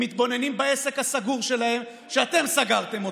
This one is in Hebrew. הם מתבוננים בעסק הסגור שלהם, שאתם סגרתם,